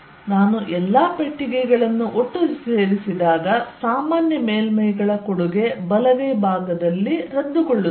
ಆದ್ದರಿಂದ ನಾನು ಎಲ್ಲಾ ಪೆಟ್ಟಿಗೆಗಳನ್ನು ಸೇರಿಸಿದಾಗ ಸಾಮಾನ್ಯ ಮೇಲ್ಮೈಗಳ ಕೊಡುಗೆ ಬಲಗೈ ಭಾಗದಲ್ಲಿ ರದ್ದುಗೊಳ್ಳುತ್ತದೆ